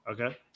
Okay